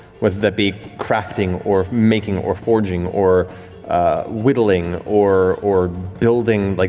whether that be crafting or making or forging or whittling or or building, like